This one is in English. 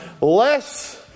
less